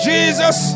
Jesus